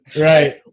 Right